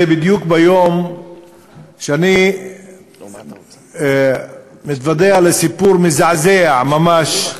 בדיוק ביום שאני מתוודע לסיפור מזעזע ממש,